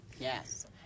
Yes